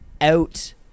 out